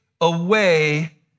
away